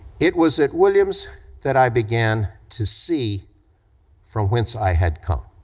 it was at williams that i began to see from whence i had come.